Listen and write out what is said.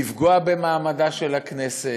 לפגוע במעמדה של הכנסת.